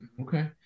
Okay